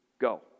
go